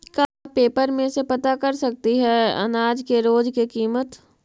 का पेपर में से पता कर सकती है अनाज के रोज के किमत?